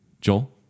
Joel